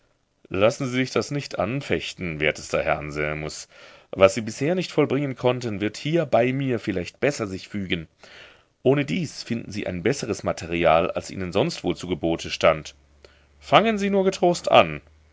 lassen sie sich das nicht anfechten wertester herr anselmus was sie bisher nicht vollbringen konnten wird hier bei mir vielleicht besser sich fügen ohnedies finden sie ein besseres material als ihnen sonst wohl zu gebote stand fangen sie nur getrost an